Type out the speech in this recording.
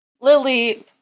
Lily